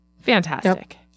Fantastic